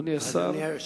אדוני השר.